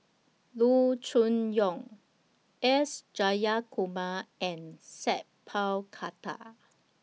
Loo Choon Yong S Jayakumar and Sat Pal Khattar